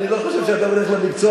להגיד את דעתו,